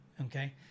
okay